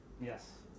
Yes